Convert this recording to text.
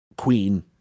queen